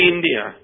India